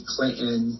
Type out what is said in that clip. Clinton